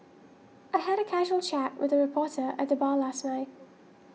I had a casual chat with a reporter at the bar last night